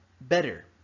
better